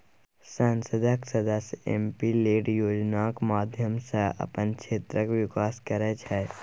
संसदक सदस्य MP LAD योजनाक माध्यमसँ अपन क्षेत्रक बिकास करय छै